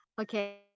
Okay